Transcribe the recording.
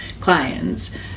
clients